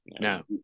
no